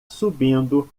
subindo